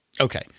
Okay